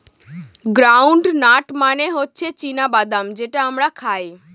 ground nut মানে হচ্ছে চীনা বাদাম যেটা আমরা খাই